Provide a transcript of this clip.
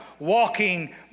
walking